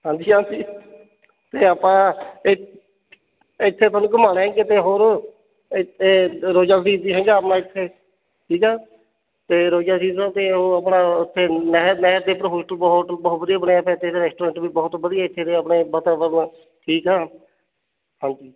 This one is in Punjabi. ਹਾਂਜੀ ਹਾਂਜੀ ਅਤੇ ਆਪਾਂ ਇ ਇੱਥੇ ਤੁਹਾਨੂੰ ਘੁੰਮਾਉਣਾ ਹੈ ਕਿਤੇ ਹੋਰ ਇ ਅਤੇ ਇਹ ਰੋਜ਼ਾ ਸ਼ਰੀਫ ਵੀ ਹੈਗਾ ਆਪਣਾ ਇੱਥੇ ਠੀਕ ਆ ਅਤੇ ਰੋਜ਼ਾ ਸ਼ਰੀਫ ਅਤੇ ਉਹ ਆਪਣਾ ਉੱਥੇ ਨਹਿਰ ਨਹਿਰ 'ਤੇ ਇੱਕ ਹੋਸਟਲ ਬਹੁਤ ਹੋਟਲ ਬਹੁਤ ਵਧੀਆ ਬਣਿਆ ਅਤੇ ਇੱਥੇ ਦੇ ਰੈਸਟੋਰੈਂਟ ਵੀ ਬਹੁਤ ਵਧੀਆ ਹੈ ਇੱਥੇ ਦੇ ਆਪਣੇ ਵਾਤਾਵਰਨ ਠੀਕ ਆ ਹਾਂਜੀ